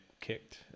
kicked